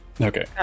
Okay